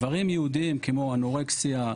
דברים ייעודיים כמו אנורקסיה,